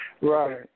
Right